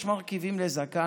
יש מרכיבים לזקן,